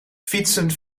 fietsen